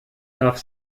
darf